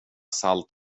salt